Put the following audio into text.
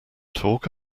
talk